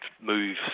move